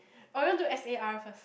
or you want do S_A_R first